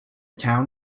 town